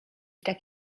tak